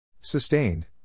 Sustained